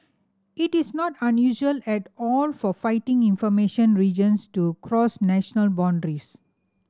it is not unusual at all for flighting information regions to cross national boundaries